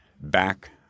back